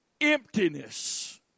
emptiness